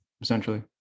essentially